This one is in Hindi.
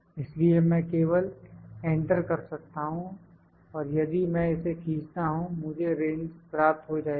इसलिए मैं केवल एंटर कर सकता हूं और यदि मैं इसे खींचता हूं मुझे रेंज प्राप्त हो जाएगी